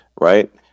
right